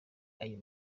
ayo